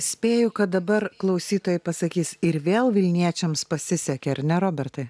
spėju kad dabar klausytojai pasakys ir vėl vilniečiams pasisekė ar ne robertai